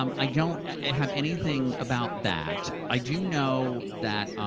um i don't have anything about that. i do know that